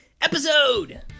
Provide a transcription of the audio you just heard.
episode